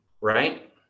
right